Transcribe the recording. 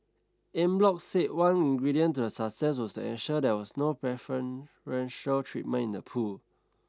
Eng Bock said one ingredient to the success was to ensure there was no preferential treatment in the pool